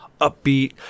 upbeat